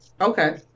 Okay